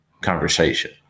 conversation